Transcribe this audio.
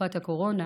בתקופת הקורונה,